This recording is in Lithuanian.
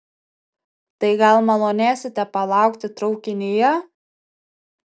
tai gal malonėsite palaukti traukinyje